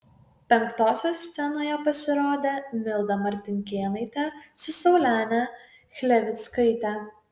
penktosios scenoje pasirodė milda martinkėnaitė su saulene chlevickaite